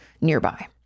nearby